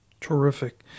Terrific